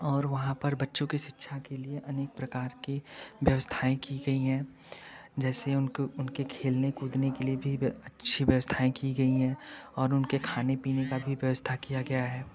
और वहाँ पर बच्चों की शिक्षा के लिए अनेक प्रकार के व्यवस्थाएँ की गई हैं जैसे उनके खेलने कूदने के लिए भी अच्छी व्यवस्थाएँ की गई है उनके खाने पीने का भी व्यवस्था किया गया है